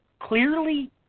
clearly